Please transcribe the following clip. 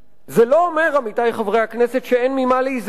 זה לא אומר, עמיתי חברי הכנסת, שאין ממה להיזהר.